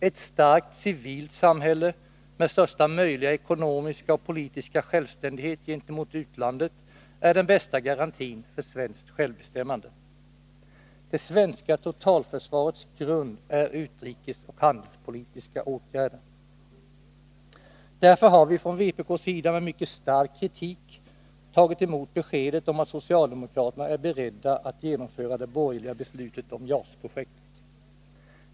Ett starkt civilt samhälle, med största möjliga ekonomiska och politiska självständighet gentemot utlandet, är den bästa garantin för svenskt självbestämmande. Det svenska totalförsvarets grund är utrikesoch handelspolitiska åtgärder. Därför har vi från vpk:s sida med mycket stark kritik tagit emot beskedet om att socialdemokraterna är beredda att genomföra det borgerliga beslutet om JAS-projektet.